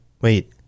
Wait